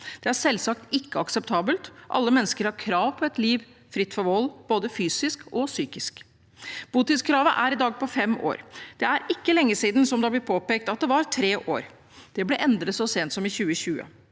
Det er selvsagt ikke akseptabelt. Alle mennesker har krav på et liv fritt for vold, både fysisk og psykisk. Botidskravet er i dag på fem år. Det er ikke lenge siden, som det er blitt påpekt, at det var tre år. Det ble endret så sent som i 2020.